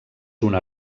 una